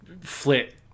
flit